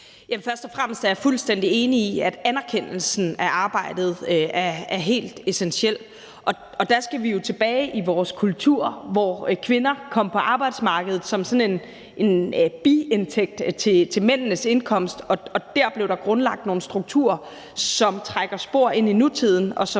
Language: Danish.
først og fremmest er jeg fuldstændig enig i, at anerkendelse af arbejdet er helt essentielt. Og der skal vi jo tilbage i vores kultur, hvor kvinder kom på arbejdsmarkedet som sådan en biindtægt til mændenes indkomst, og der blev der grundlagt nogle strukturer, som trækker spor ind i nutiden,